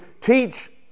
teach